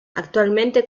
actualmente